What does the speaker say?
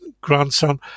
grandson